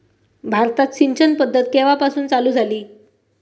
भारतात सिंचन पद्धत केवापासून चालू झाली?